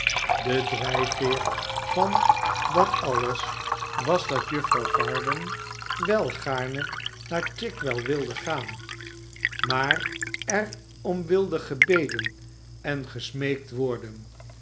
de drijfveer van dat alles was dat juffrouw varden wel gaarne naar chigwell wilde gaan maar er om wilde gebeden en gesmeekt worden